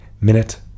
minute